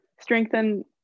strengthen